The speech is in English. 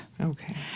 Okay